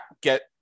get